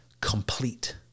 complete